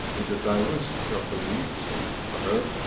with the diversity of the weeds or herb,